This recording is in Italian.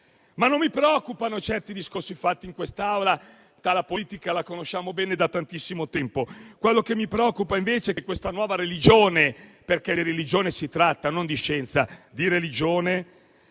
Ma non mi preoccupano certi discorsi fatti in quest'Aula, poiché la politica la conosciamo bene da tantissimo tempo. Quello che mi preoccupa invece è che questa nuova religione - perché di religione si tratta e non di scienza - venga